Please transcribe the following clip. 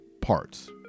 parts